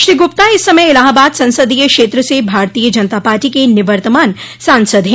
श्री गुप्ता इस समय इलाहाबाद संसदीय क्षेत्र से भारतीय जनता पार्टी के निवर्तमान सांसद हैं